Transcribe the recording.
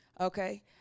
okay